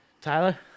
Tyler